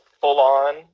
full-on